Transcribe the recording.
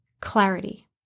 clarity